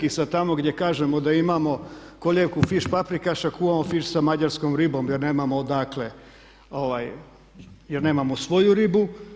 I sad tamo gdje kažemo da imamo koljevku fiš paprikaša kuhamo fiš sa mađarskom ribom, jer nemamo odakle, jer nemamo svoju ribu.